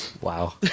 Wow